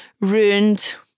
ruined